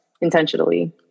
intentionally